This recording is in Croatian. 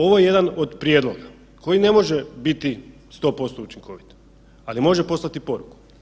Ovo je jedan od prijedloga koji ne može biti 100% učinkovit, ali može poslati poruku.